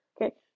Okay